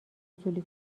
فضولی